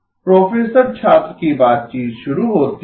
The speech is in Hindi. प्रोफेसर छात्र की बातचीत शुरू होती है